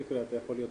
אושרה.